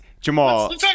Jamal